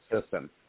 system